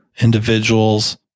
individuals